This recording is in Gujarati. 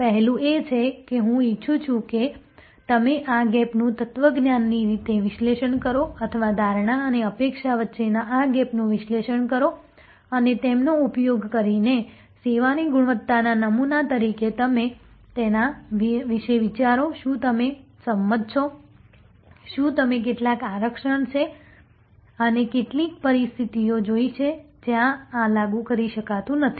પહેલું એ છે કે હું ઈચ્છું છું કે તમે આ ગેપનું તત્વજ્ઞાનની રીતે વિશ્લેષણ કરો અથવા ધારણા અને અપેક્ષા વચ્ચેના આ ગેપનું વિશ્લેષણ કરો અને તેનો ઉપયોગ કરીને સેવાની ગુણવત્તાના નમૂના તરીકે તમે તેના વિશે વિચારો શું તમે સંમત છો શું તમે કેટલાક આરક્ષણ છે તમે કેટલીક પરિસ્થિતિઓ જોઈ છે જ્યાં આ લાગુ કરી શકાતું નથી